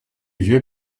vieux